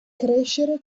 crescere